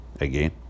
Again